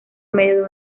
medio